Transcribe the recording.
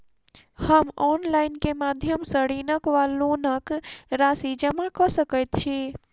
हम ऑनलाइन केँ माध्यम सँ ऋणक वा लोनक राशि जमा कऽ सकैत छी?